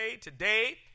today